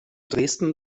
dresden